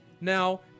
now